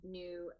new